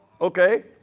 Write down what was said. Okay